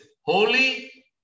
holy